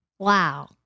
Wow